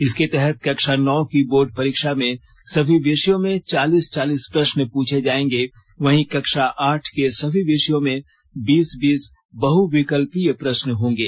इसके तहत कक्षा नौ की बोर्ड परीक्षा में सभी विषयें में चालीस चालीस प्रश्न पूछे जाएंगे वहीं कक्षा आठ के सभी विषयों में बीस बीस बहुविकल्पीय प्रश्न होंगे